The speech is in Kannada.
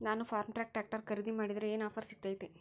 ನಾನು ಫರ್ಮ್ಟ್ರಾಕ್ ಟ್ರಾಕ್ಟರ್ ಖರೇದಿ ಮಾಡಿದ್ರೆ ಏನು ಆಫರ್ ಸಿಗ್ತೈತಿ?